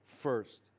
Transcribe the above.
first